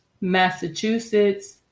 Massachusetts